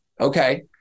okay